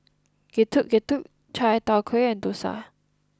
Getuk Getuk Chai Tow Kuay and Dosa